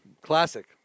Classic